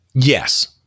Yes